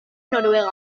noruega